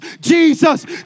Jesus